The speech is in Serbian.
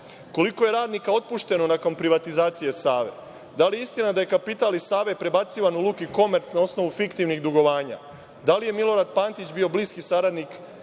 Koliko je radnika otpušteno nakon privatizacije „Save“? Da li je istina da je kapital iz „Save“ prebacivan u „Luki komerc“ na osnovu fiktivnih dugovanja? Da li je Milorad Pantić bio bliski saradnik